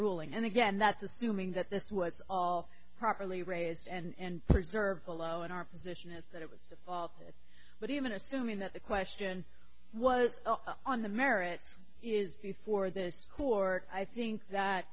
ruling and again that's assuming that this was all properly raised and preserved following our position is that it was all for it but even assuming that the question was on the merits is before the court i think that